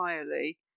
entirely